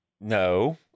no